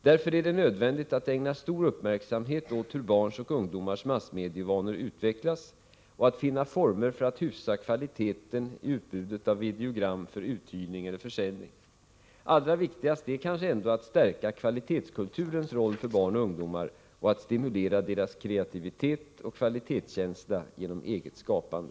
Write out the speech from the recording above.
Därför är det nödvändigt att ägna stor uppmärksamhet åt hur barns och ungdomars massmedievanor utvecklas och att finna former för att hyfsa kvaliteten i utbudet av videogram för uthyrning eller försäljning. Allra viktigast är kanske ändå att stärka kvalitetskulturens roll för barn och ungdomar och att stimulera deras kreativitet och kvalitetskänsla genom eget skapande.